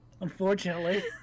Unfortunately